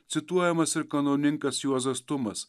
cituojamas ir kanauninkas juozas tumas